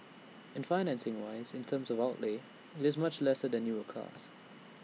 and financing wise in terms of outlay IT is much lesser than newer cars